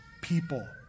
people